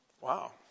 Wow